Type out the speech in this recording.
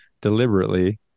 deliberately